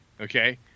Okay